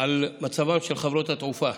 על מצבן של חברות התעופה,